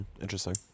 Interesting